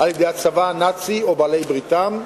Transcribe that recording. על-ידי הצבא הנאצי או בעלי-בריתם,